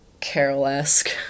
carol-esque